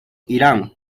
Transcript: irán